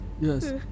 Yes